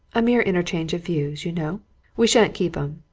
a mere interchange of views, you know we shan't keep em.